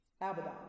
Abaddon